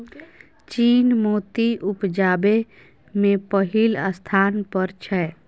चीन मोती उपजाबै मे पहिल स्थान पर छै